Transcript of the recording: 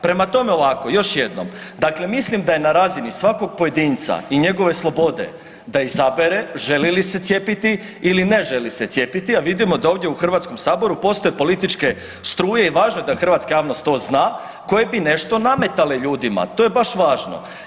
Prema tome, ovako još jednom, dakle mislim da je na razini svakog pojedinca i njegove slobode da izabere želi li se cijepiti ili ne želi se cijepiti, a vidimo da ovdje u HS postoje političke struje i važno je da hrvatska javnost to zna, koje bi nešto nametalo ljudima, to je baš važno.